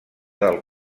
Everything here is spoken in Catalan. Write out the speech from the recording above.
del